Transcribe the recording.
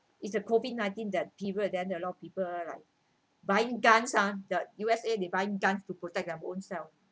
it's the COVID nineteen that period then there are a lot of people like buying guns uh the U_S_A they buying guns to protect their own self